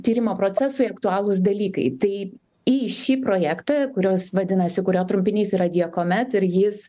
tyrimo procesui aktualūs dalykai tai į šį projektą kurios vadinasi kurio trumpinys yra diacomet ir jis